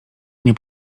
nie